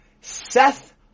Seth